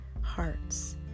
hearts